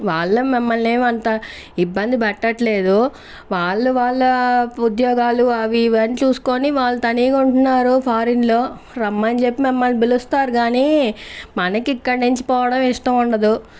వాళ్ళు మమ్మల్నేమంతా ఇబ్బంది పెట్టట్లేదు వాళ్ళ వాళ్ళ ఉద్యోగాలు అవి ఇవి అని చూసుకుని వాళ్లు తనీగా ఉంటున్నారు ఫారెన్లో రమ్మని చెప్పి మమ్మల్ని పిలుస్తారు గాని మనకి ఇక్కడ్నుంచి పోవడం ఇష్టముండదు